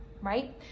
right